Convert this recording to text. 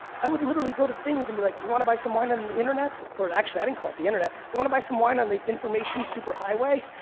i would literally go to things and be like you wanna buy some wine on the internet, or actually i didn't call it the internet. you wanna buy some wine on the information super highway?